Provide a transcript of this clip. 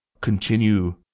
continue